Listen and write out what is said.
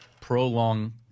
prolong